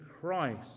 Christ